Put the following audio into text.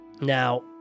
Now